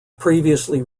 previously